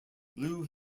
blue